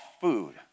food